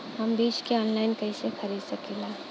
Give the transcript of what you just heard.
हम बीज के आनलाइन कइसे खरीद सकीला?